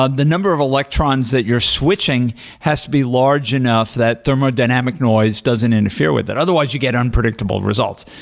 ah the number of electrons that you're switching has to be large enough that thermodynamic noise doesn't interfere with that. otherwise, you get unpredictable results.